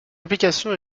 application